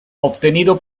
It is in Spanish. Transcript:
obtenido